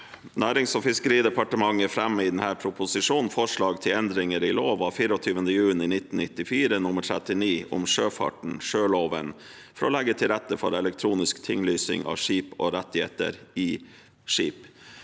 Nærings- og fiskeride- partementet fremmer i denne proposisjonen forslag til endringer i lov av 24. juni 1994 nr. 39 om sjøfarten, sjøloven, for å legge til rette for elektronisk tinglysing av skip og rettigheter i skip.